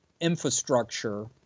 infrastructure